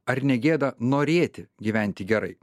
ar negėda norėti gyventi gerai